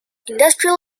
industrial